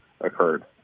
occurred